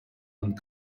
and